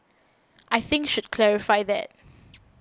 I think should clarify that